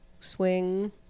swing